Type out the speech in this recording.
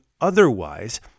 otherwise